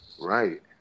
Right